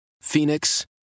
Phoenix